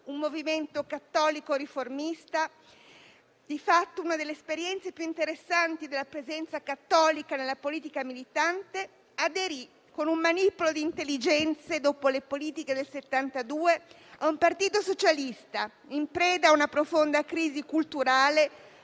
un movimento cattolico riformista - di fatto una delle esperienze più interessanti della presenza cattolica nella politica militante - aderì con un manipolo di intelligenze dopo le elezioni politiche del 1972 a un Partito socialista in preda ad una profonda crisi culturale,